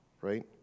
Right